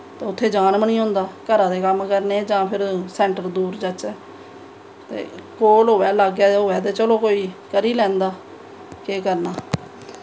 ते उत्थें जान बी निं होंदा घरा दे कम्म करने जां सेंटर दूर जाचै ते कोल होऐ ते लागै होऐ ते चलो कोई करी लैंदा केह् करना